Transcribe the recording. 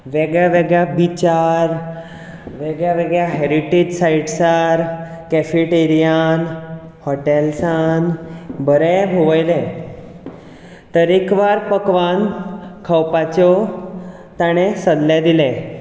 वेगळ्या वेगळ्या बिचार वेगळ्या वेगळ्या हॅरिटेज सायट्सार कॅफेटेरियान हॉटेल्सान बरें भोंवयलें तरेकवार पकवान खावपाच्यो ताणें सल्ले दिले